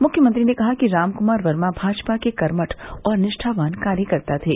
मुख्यमंत्री ने कहा कि रामकुमार वर्मा भाजपा के कर्मठ और निष्ठावान कार्यकर्ता थे